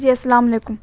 جی السلام علیکم